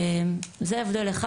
זה הבדל אחד.